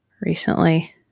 recently